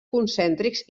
concèntrics